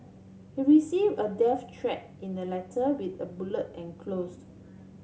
he receive a death threat in a letter with a bullet enclosed